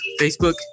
Facebook